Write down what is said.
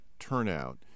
Turnout